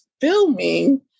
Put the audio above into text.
filming